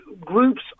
groups